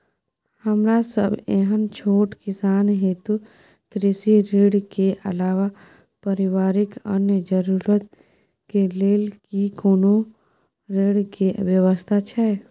हमरा सब एहन छोट किसान हेतु कृषि ऋण के अलावा पारिवारिक अन्य जरूरत के लेल की कोनो ऋण के व्यवस्था छै?